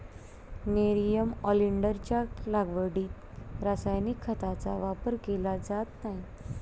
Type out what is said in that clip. nerium ऑलिंडरच्या लागवडीत रासायनिक खतांचा वापर केला जात नाही